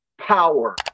power